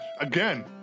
again